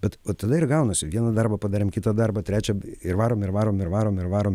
bet vat tada ir gaunasi vieną darbą padarėm kitą darbą trečią ir varom ir varom ir varom ir varom